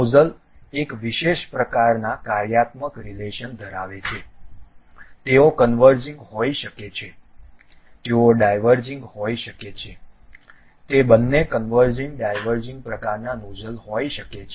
nozzle એક વિશેષ પ્રકારનાં કાર્યાત્મક રિલેશન ધરાવે છે તેઓ કન્વર્ઝિંગ હોઈ શકે છે તેઓ ડાયવર્જિંગ હોઈ શકે છે તે બંને કન્વર્ઝિંગ ડાયવર્જીંગ પ્રકારના નોઝલ હોઈ શકે છે